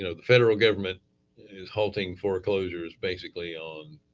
you know the federal government is holding foreclosures basically on